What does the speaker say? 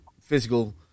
physical